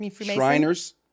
Shriners